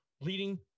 leading